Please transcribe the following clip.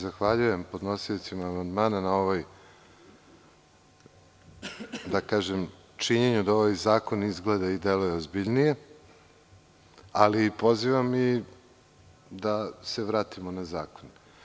Zahvaljujem se podnosiocima amandmana na činjenju da ovaj zakon izgleda i deluje ozbiljnije, ali pozivam ih da se vratimo na zakon.